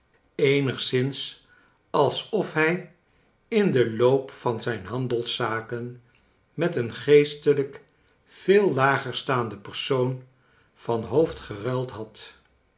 eenigszins alsof hij in den loop van zijn handelszaken met een geestelijk veel lager staande persoon van hoofd geruild had